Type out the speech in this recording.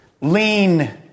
Lean